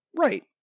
Right